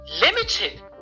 limited